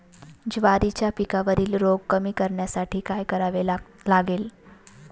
ज्वारीच्या पिकावरील रोग कमी करण्यासाठी काय करावे लागेल?